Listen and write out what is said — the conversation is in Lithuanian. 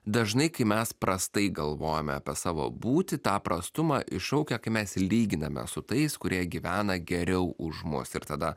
dažnai kai mes prastai galvojame apie savo būtį tą prastumą iššaukia kai mes lyginame su tais kurie gyvena geriau už mus ir tada